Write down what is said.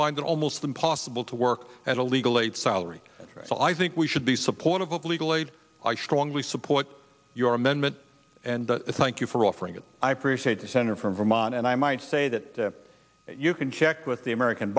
find it almost impossible to work as a legal aid salary so i think we should be supportive of legal aid i strongly support your amendment and thank you for offering it i appreciate the senator from vermont and i might say that you can check with the american